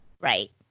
right